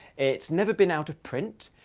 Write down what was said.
it's never been out of print.